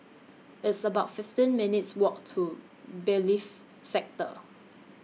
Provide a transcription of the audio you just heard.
It's about fifteen minutes' Walk to Bailiffs' Sector